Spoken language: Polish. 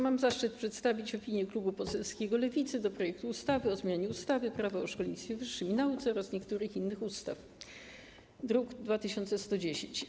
Mam zaszczyt przedstawić opinię klubu poselskiego Lewicy w sprawie projektu ustawy o zmianie ustawy - Prawo o szkolnictwie wyższym i nauce oraz niektórych innych ustaw, druk nr 2110.